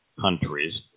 countries